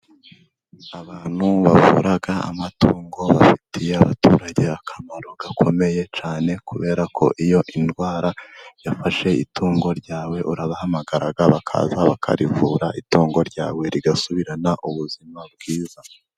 Abantu bavura amatungo bafitiye abaturage akamaro gakomeye cyane, kubera ko iyo ndwara yafashe itungo ryawe urabahamagara bakaza bakarivura, itungo ryawe rigasubirana ubuzima bwiza.